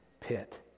pit